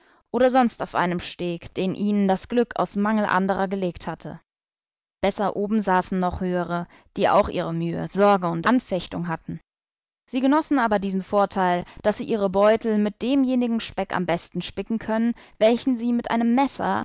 oder sonst auf einem steg den ihnen das glück aus mangel anderer gelegt hatte besser oben saßen noch höhere die auch ihre mühe sorge und anfechtung hatten sie genossen aber diesen vorteil daß sie ihre beutel mit demjenigen speck am besten spicken können welchen sie mit einem messer